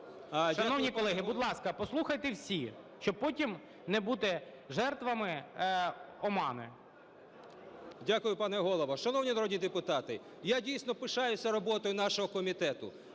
Шановні колеги, будь ласка, послухайте всі, щоб потім не бути жертвами омани. 11:08:12 КАЛЬЧЕНКО С.В. Дякую, пане Голово. Шановні народні депутати, я, дійсно, пишаюся роботою нашого комітету: